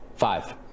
five